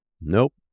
Nope